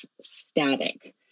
static